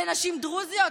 לנשים דרוזיות?